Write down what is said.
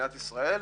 במדינת ישראל,